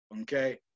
okay